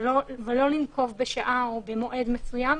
ולא לנקוב בשעה או במועד מסוים,